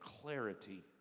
clarity